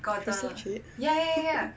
Crystal Jade